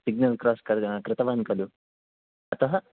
signal cross कर् कृतवान् खलु अतः